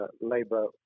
Labour